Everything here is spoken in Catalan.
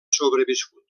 sobreviscut